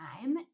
time